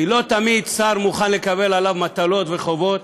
כי לא תמיד שר מוכן לקבל עליו מטלות וחובות.